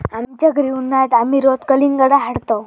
आमच्या घरी उन्हाळयात आमी रोज कलिंगडा हाडतंव